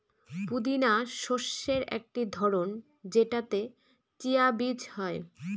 পুদিনা শস্যের একটি ধরন যেটাতে চিয়া বীজ হয়